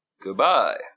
Goodbye